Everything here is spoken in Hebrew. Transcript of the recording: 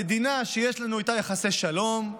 ממדינה שיש לנו איתה יחסי שלום,